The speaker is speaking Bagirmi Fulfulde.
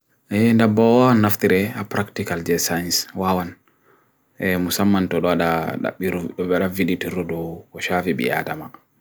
Dabawa naftire apractical jazz science wawan, musaman todwada dabiru bera viditirudu koshafi biyadama.